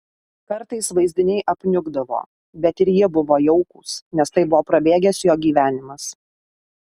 kartais vaizdiniai apniukdavo bet ir jie buvo jaukūs nes tai buvo prabėgęs jo gyvenimas